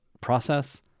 process